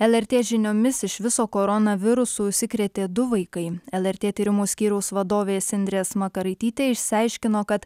lrt žiniomis iš viso koronavirusu užsikrėtė du vaikai lrt tyrimų skyriaus vadovės indrės makaraitytė išsiaiškino kad